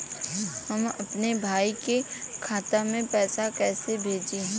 हम अपने भईया के खाता में पैसा कईसे भेजी?